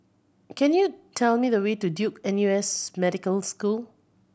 can you tell me the way to Duke N U S Medical School